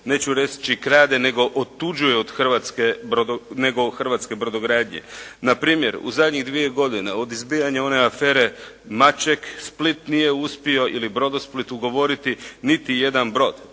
neću reći krade nego otuđuje od Hrvatske nego od hrvatske brodogradnje. Na primjer u zadnjih dvije godine od izbijanja one afere «Maček» Split nije uspio ili Brodosplit ugovoriti niti jedan brod.